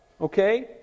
okay